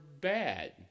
bad